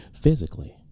physically